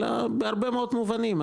אלא בהרבה מאוד מובנים.